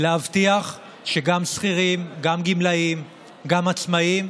להבטיח שגם שכירים, גם גמלאים, גם עצמאים,